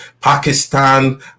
pakistan